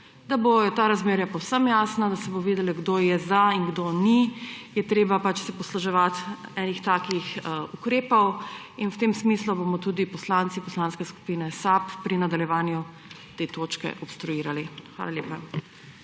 Da bodo ta razmerja povsem jasna, da se bo videlo, kdo je za in kdo ni, se je treba posluževati takih ukrepov in v tem smislu bomo tudi poslanci Poslanske skupine SAB pri nadaljevanju te točke obstruirali. Hvala lepa.